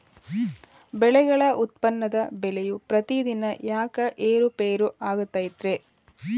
ಬೆಳೆಗಳ ಉತ್ಪನ್ನದ ಬೆಲೆಯು ಪ್ರತಿದಿನ ಯಾಕ ಏರು ಪೇರು ಆಗುತ್ತೈತರೇ?